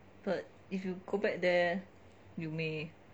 but if you go back there